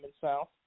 South